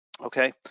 okay